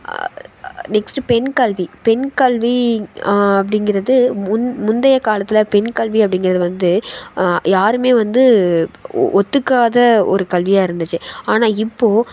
next பெண்கல்வி பெண் கல்வி அப்படிங்கிறது முன் முந்தைய காலத்தில் பெண்கல்வி அப்படிங்கிறது வந்து யாருமே வந்து ஓ ஒற்றுக்காத ஒரு கல்வியாக இருந்துச்சு ஆனால் இப்போது